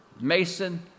Mason